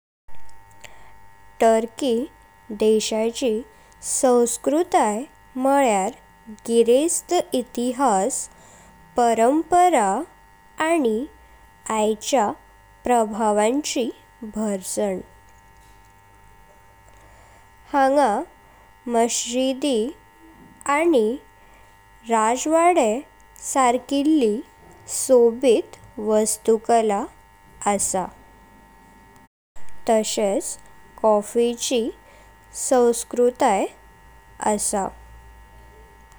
Turkey देशाची संस्कृती म्ह्णल्यार गृहस्थ इतिहास परंपरा आनी आईचा प्रभावांची भर्सण। हाँगा, मश्जिदी आनी राजवाडे सारकिल्लि सोबित वास्तुकला असा। तसच कॉफी'ची संस्कृती असा।